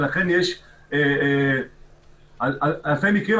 ולכן יש אלפי מקרים.